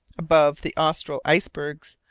above the austral icebergs,